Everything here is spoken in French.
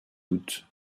doute